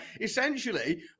essentially